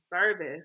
service